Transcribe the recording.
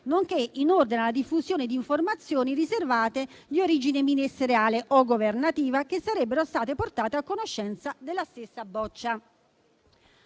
nonché in ordine alla diffusione di informazioni riservate di origine ministeriale o governativa, che sarebbero state portate a conoscenza della stessa Boccia.